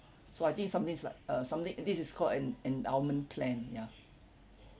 so I think somethings like uh something this is called an endowment plan ya